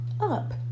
up